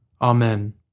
Amen